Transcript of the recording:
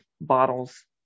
bottles